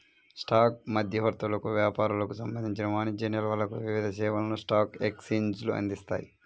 stock మధ్యవర్తులకు, వ్యాపారులకు సంబంధించిన వాణిజ్య నిల్వలకు వివిధ సేవలను స్టాక్ ఎక్స్చేంజ్లు అందిస్తాయి